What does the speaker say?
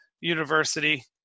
university